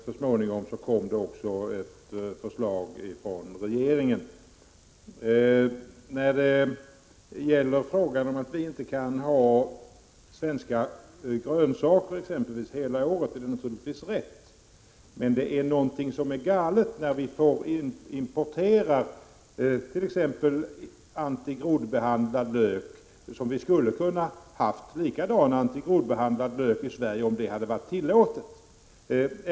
Så småningom kom också ett förslag från regeringen. Att vi inte kan ha exempelvis svenska grönsaker hela året är naturligtvis rätt. Men någonting är galet när vi importerar t.ex. antigroddsbehandlad lök som vi kunde ha haft i Sverige om sådan behandling varit tillåten.